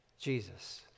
Jesus